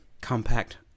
Compact